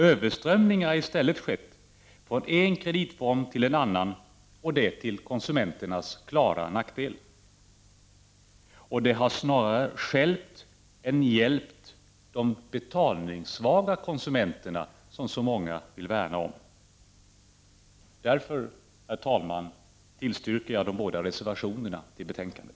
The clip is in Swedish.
Överströmning har i stället skett från en kreditform till en annan, och detta till konsumenternas klara nackdel. Förordningen har snarare stjälpt än hjälpt de betalningssvaga konsumenterna, som så många vill värna om. Därför, herr talman, yrkar jag bifall till de två reservationer som är fogade till betänkandet.